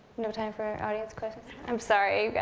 no time for audience questions? i'm sorry